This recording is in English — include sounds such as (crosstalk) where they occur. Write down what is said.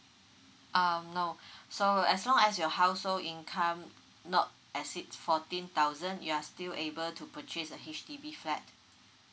um no (breath) so as long as your household income not exceed fourteen thousand you are still able to purchase a H_D_B flat